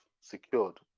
secured